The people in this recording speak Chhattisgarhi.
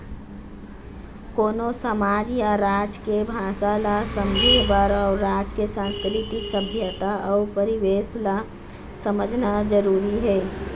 कोनो समाज या राज के भासा ल समझे बर ओ राज के संस्कृति, सभ्यता अउ परिवेस ल समझना जरुरी हे